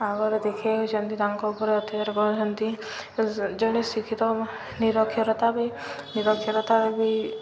ଆଗରେ ଦେଖାଇହଉଛନ୍ତି ତାଙ୍କ ଉପରେ ଅତ୍ୟାଚାର କରୁଛନ୍ତି ଜଣେ ଶିକ୍ଷିତ ନିରକ୍ଷରତା ବି ନିରକ୍ଷରତାରେ ବି